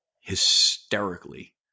hysterically